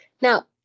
Now